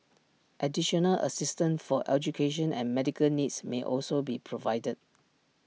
additional assistance for education and medical needs may also be provided